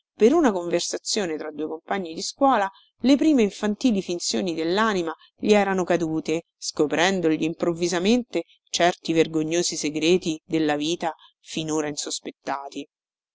per una conversazione tra due compagni di scuola le prime infantili finzioni dellanima gli erano cadute scoprendogli improvvisamente certi vergognosi segreti della vita finora insospettati